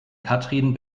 katrin